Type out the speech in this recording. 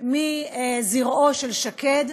מזרעו של שקד,